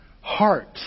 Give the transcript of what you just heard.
heart